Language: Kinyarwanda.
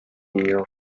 iyi